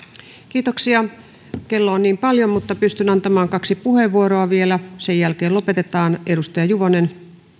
kiitoksia kello on paljon mutta pystyn antamaan vielä kaksi puheenvuoroa sen jälkeen lopetetaan edustaja juvonen